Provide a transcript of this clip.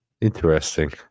Interesting